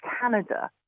Canada